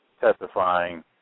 testifying